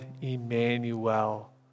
Emmanuel